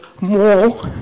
more